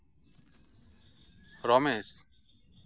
ᱨᱚᱢᱮᱥ